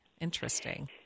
Interesting